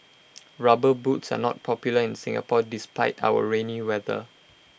rubber boots are not popular in Singapore despite our rainy weather